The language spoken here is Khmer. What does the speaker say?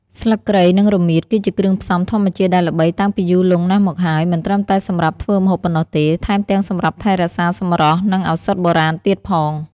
ស្លឹកគ្រៃ និងរមៀត គឺជាគ្រឿងផ្សំធម្មជាតិដែលល្បីតាំងពីយូរលង់ណាស់មកហើយ មិនត្រឹមតែសម្រាប់ធ្វើម្ហូបប៉ុណ្ណោះទេ ថែមទាំងសម្រាប់ថែរក្សាសម្រស់ និងឱសថបុរាណទៀតផង។